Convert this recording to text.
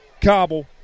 Cobble